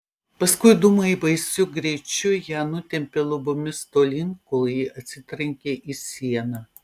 paskui dūmai baisiu greičiu ją nutempė lubomis tolyn kol ji atsitrenkė į sieną